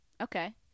Okay